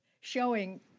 showing